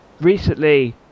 recently